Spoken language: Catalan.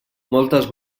moltes